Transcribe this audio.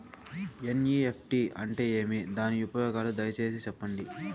NEFT అంటే ఏమి? దాని ఉపయోగాలు దయసేసి సెప్పండి?